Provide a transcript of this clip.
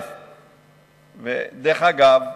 דרך אגב,